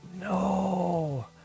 no